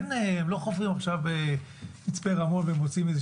הם לא חופרים עכשיו במצפה רמון ומוצאים איזה